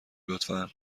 لطفا